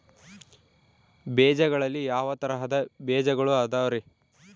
ಬೇಜಗಳಲ್ಲಿ ಯಾವ ತರಹದ ಬೇಜಗಳು ಅದವರಿ?